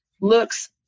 looks